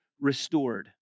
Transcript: restored